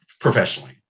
professionally